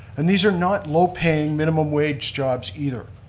and these are not low-paying, minimum wage jobs either.